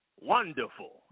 wonderful